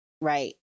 right